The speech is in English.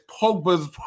Pogba's